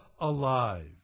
alive